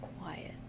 quiet